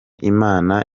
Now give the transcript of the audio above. imana